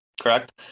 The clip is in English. correct